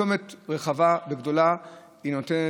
צומת רחב וגדול הוא נותן,